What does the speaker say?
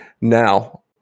Now